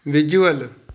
visual